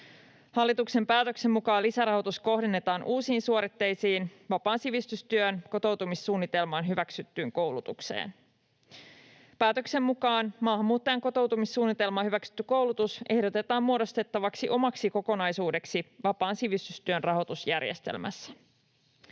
Hallituksen päätöksen mukaan lisärahoitus kohdennetaan uusiin suoritteisiin vapaan sivistystyön kotoutumissuunnitelmaan hyväksyttyyn koulutukseen. Päätöksen mukaan maahanmuuttajan kotoutumissuunnitelmaan hyväksytty koulutus ehdotetaan muodostettavaksi omaksi kokonaisuudeksi vapaan sivistystyön rahoitusjärjestelmässä.